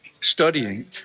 studying